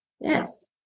Yes